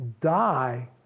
die